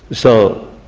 so,